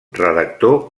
redactor